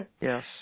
yes